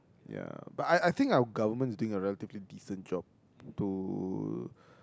ya but I I think our government is doing a relatively decent job to